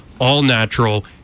all-natural